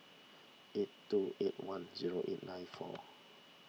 eight two eight one zero eight nine four